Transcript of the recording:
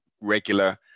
regular